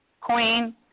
Queen